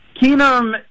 Keenum